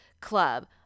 Club